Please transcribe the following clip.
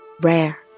rare